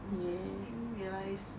you just make me realise